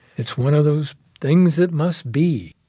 it's one of those things that must be